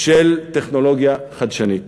של טכנולוגיה חדשנית,